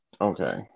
Okay